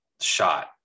shot